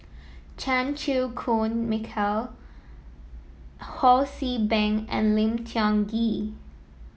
Chan Chew Koon Michael Ho See Beng and Lim Tiong Ghee